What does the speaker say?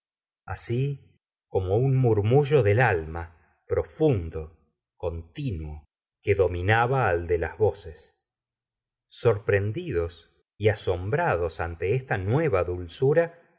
así como un murmullo del alma profundo continuo que dominaba al de las voces sorprendidos y asombrados ante esta nueva dulzura